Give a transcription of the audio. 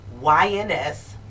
YNS